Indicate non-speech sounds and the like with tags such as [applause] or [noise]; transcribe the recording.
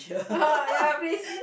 [laughs] ya please